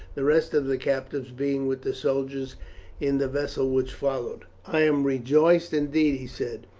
the rest of the captives being with the soldiers in the vessel which followed. i am rejoiced, indeed, he said,